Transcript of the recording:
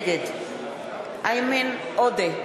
נגד איימן עודה,